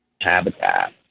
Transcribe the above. habitat